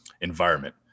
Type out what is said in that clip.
environment